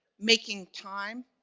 making time,